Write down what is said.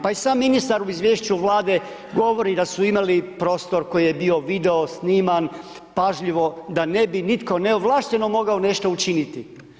Pa i sam ministar u izvješću Vlade govori da su imali prostor koji je bio video sniman, pažljivo, da ne bi nitko neovlašteno mogao nešto učiniti.